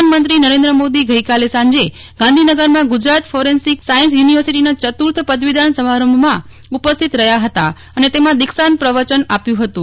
પ્રધાનમંત્રી નરેન્દ્ર મોદી ગઈકાલે સાંજે ગાંધીનગરમાં ગુજરાત ફોરેન્સીક સાયન્સ યુનિવર્સિટીના ચતુર્થ પદવીદાન સમારંભમાં ઉપસ્થિત રહ્યા હતા અને તેમાં દીક્ષાંત પ્રવચન આપ્યું હતું